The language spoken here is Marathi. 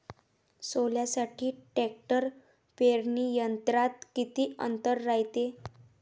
सोल्यासाठी ट्रॅक्टर पेरणी यंत्रात किती अंतर रायते?